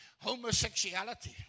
homosexuality